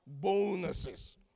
bonuses